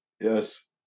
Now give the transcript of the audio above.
yes